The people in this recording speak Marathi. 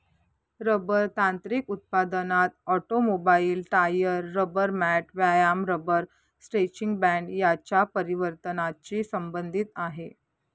रबर तांत्रिक उत्पादनात ऑटोमोबाईल, टायर, रबर मॅट, व्यायाम रबर स्ट्रेचिंग बँड यांच्या परिवर्तनाची संबंधित आहे